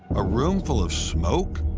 a room full of smoke?